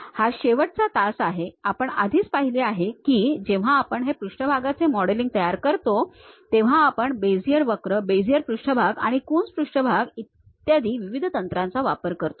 हा शेवटचा तास आहे आपण आधीच पहिले आहे की जेव्हा आपण हे पृष्ठभागाचे मॉडेलिंग तयार करतो तेव्हा आपण बेझियर वक्र बेझियर पृष्ठभाग आणि कून पृष्ठभाग इत्यादी विविध तंत्रांचा वापर करतो